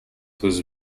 was